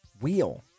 Wheel